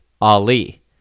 Ali